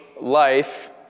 life